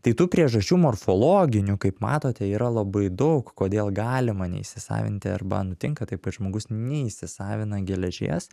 tai tų priežasčių morfologinių kaip matote yra labai daug kodėl galima neįsisavinti arba nutinka taip kad žmogus neisisavina geležies